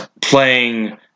playing